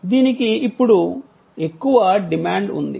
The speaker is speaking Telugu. దీనికి ఇప్పుడు ఎక్కువ డిమాండ్ ఉంది